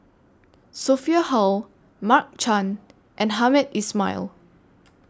Sophia Hull Mark Chan and Hamed Ismail